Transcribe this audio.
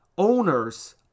Owners